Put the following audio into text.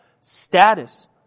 status